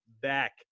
back